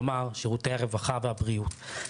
כלומר שירותי הרווחה ושירותי הבריאות.